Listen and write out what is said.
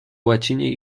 łacinie